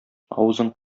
авызың